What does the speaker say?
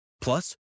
plus